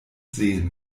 sehen